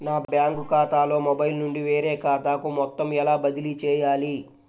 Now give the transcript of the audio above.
నా బ్యాంక్ ఖాతాలో మొబైల్ నుండి వేరే ఖాతాకి మొత్తం ఎలా బదిలీ చేయాలి?